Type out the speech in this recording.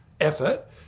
effort